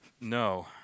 No